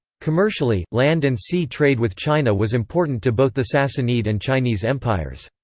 commercially, land and sea trade with china was important to both the sassanid and chinese empires.